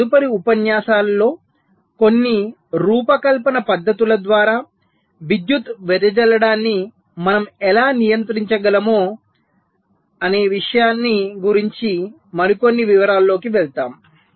మా తదుపరి ఉపన్యాసాలలో కొన్ని రూపకల్పన పద్ధతుల ద్వారా విద్యుత్తు వెదజల్లడాన్ని మనం ఎలా నియంత్రించగలం అనే దాని గురించి మరికొన్ని వివరాల్లోకి వెళ్తాము